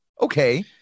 Okay